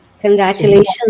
congratulations